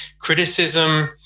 criticism